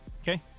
Okay